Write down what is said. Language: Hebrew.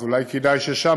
אז אולי כדאי ששם,